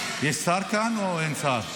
יש כאן שר או אין שר?